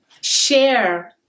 share